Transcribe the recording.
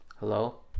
Hello